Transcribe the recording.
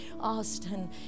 Austin